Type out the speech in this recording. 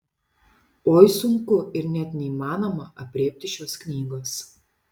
oi sunku ir net neįmanoma aprėpti šios knygos